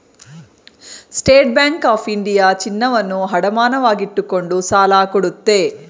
state bank of India ಚಿನ್ನವನ್ನು ಅಡಮಾನವಾಗಿಟ್ಟುಕೊಂಡು ಸಾಲ ಕೊಡುತ್ತೆ